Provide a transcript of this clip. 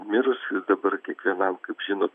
mirusių dabar kiekvienam kaip žinot